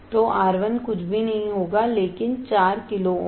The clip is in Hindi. तो R 1 कुछ भी नहीं होगा लेकिन 4 किलो ओम